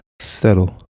settle